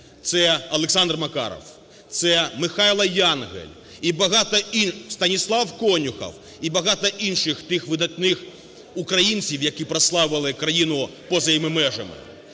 це Олександр Макаров, це Михайло Янгель і багато…, Станіслав Конюхов. І багато інших тих видатних українців, які прославили Україну поза її межами.